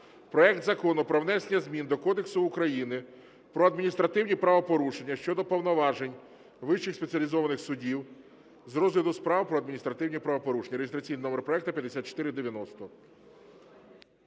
проект Закону про внесення змін до Кодексу України про адміністративні правопорушення щодо повноважень вищих спеціалізованих судів з розгляду справ про адміністративні правопорушення (реєстраційний номер проекту 5490).